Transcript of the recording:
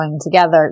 together